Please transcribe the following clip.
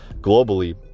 globally